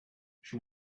she